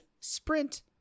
Sprint